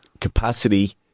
capacity